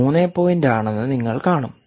3 ആണെന്ന് നിങ്ങൾ കാണും